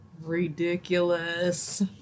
Ridiculous